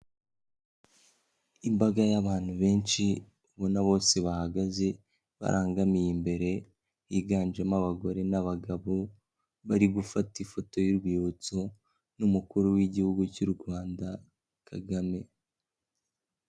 Imbaga y'abantu benshi ubona bose bahagaze barangamiye imbere, higanjemo abagore n'abagabo, bari gufata ifoto y'urwibutso n'umukuru w'lgihugu cy'u Rwanda Kagame.